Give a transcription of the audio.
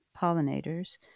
pollinators